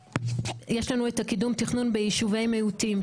יש לנו את קידום התכנון ביישובי מיעוטים,